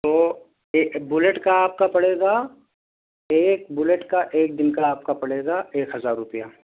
تو ایک بلیٹ کا آپ کا پڑے گا ایک بلیٹ کا ایک دن کا آپ کا پڑے گا ایک ہزار روپیہ